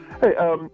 Hey